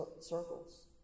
circles